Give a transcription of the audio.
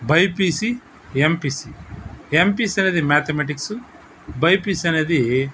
BiPC MPC MPC అనేది mathematics BiPC అనేది